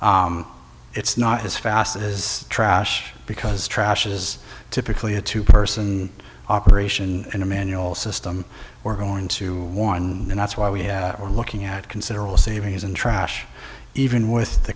it's not as fast as trash because trash is typically a two person operation in a manual system or going to one and that's why we have are looking at considerable savings in trash even with the